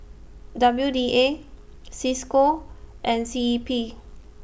W D A CISCO and C E P